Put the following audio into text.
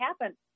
happen